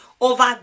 over